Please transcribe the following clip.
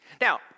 Now